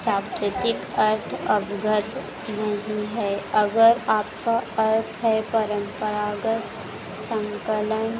शब्दितिक अर्थ अभगत नहीं है अगर आपका अर्थ है परम्परागत संकलन